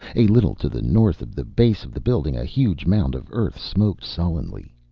a little to the north of the base of the building a huge mound of earth smoked sullenly.